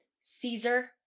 Caesar